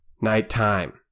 nighttime